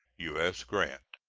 u s. grant.